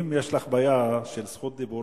אם יש לך בעיה של רשות דיבור,